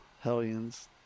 hellions